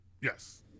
Yes